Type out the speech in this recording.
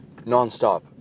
nonstop